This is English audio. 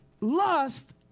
lust